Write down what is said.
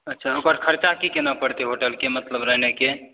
अच्छा ओकर खर्चा की केना पड़तै होटल के मतलब रहने के